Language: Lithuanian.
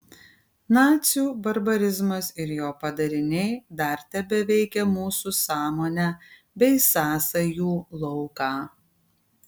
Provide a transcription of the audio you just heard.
nacių barbarizmas ir jo padariniai dar tebeveikia mūsų sąmonę bei sąsajų lauką